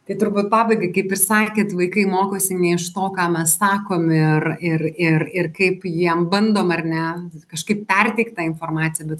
tai turbūt pabaigai kaip ir sakėt vaikai mokosi ne iš to ką mes sakom ir ir ir ir kaip jiem bandom ar ne kažkaip perteikt tą informaciją bet